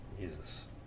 Jesus